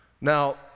Now